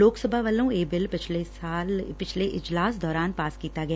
ਲੋਕ ਸਭਾ ਵੱਲੋਂ ਇਹ ਬਿੱਲ ਪਿਛਲੇ ਇਜਲਾਸ ਦੌਰਾਨ ਪਾਸ ਕੀਤਾ ਗਿਆ